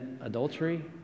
adultery